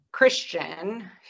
Christian